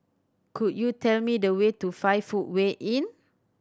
could you tell me the way to Five Footway Inn